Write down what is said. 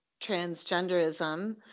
transgenderism